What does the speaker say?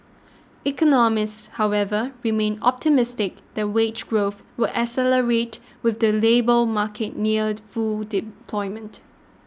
economists however remain optimistic that wage growth will accelerate with the labour market near full deployment